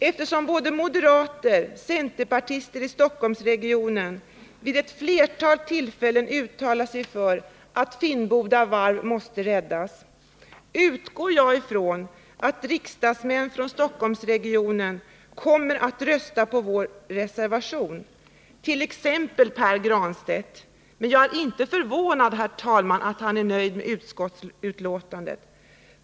Eftersom både moderater och centerpartister i Stockholmsregionen vid ett flertal tillfällen uttalat sig för att Finnboda Varf måste räddas, utgår jag ifrån att riksdagsmän från Stockholmsområdet kommer att rösta på reservationen, t.ex. Pär Granstedt. Jag är litet förvånad över att Pär Granstedt är nöjd med utskottsbetänkandet.